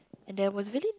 and there was really